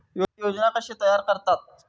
योजना कशे तयार करतात?